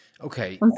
Okay